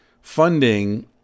funding